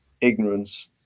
ignorance